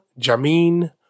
Jamin